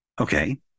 Okay